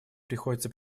приходится